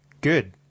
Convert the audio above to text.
good